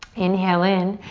inhale in.